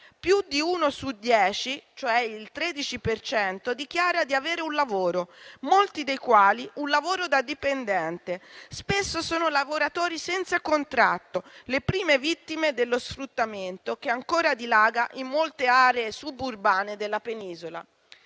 più di uno su dieci, cioè il 13 per cento, dichiara di avere un lavoro, spesso un lavoro da dipendente. Spesso sono lavoratori senza contratto, le prime vittime dello sfruttamento che ancora dilaga in molte aree suburbane della penisola.